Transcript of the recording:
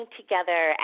together